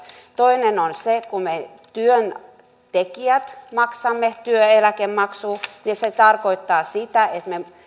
ja toiseksi niin että kun me työntekijät maksamme työeläkemaksua niin se tarkoittaa sitä että